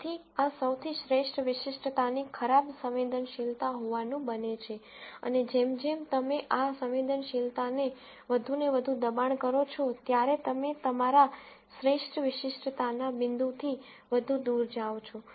તેથી આ સૌથી શ્રેષ્ઠ વિશિષ્ટતાની ખરાબ સંવેદનશીલતા હોવાનું બને છે અને જેમ જેમ તમે આ સંવેદનશીલતાને વધુને વધુ દબાણ કરો છો ત્યારે તમે તમારા શ્રેષ્ઠ વિશિષ્ટતાના બિંદુથી વધુ દૂર જાઓ છો